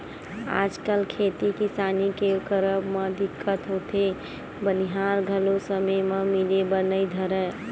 आजकल खेती किसानी के करब म दिक्कत तो होथे बनिहार घलो समे म मिले बर नइ धरय